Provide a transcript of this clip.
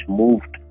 moved